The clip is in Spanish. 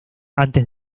antes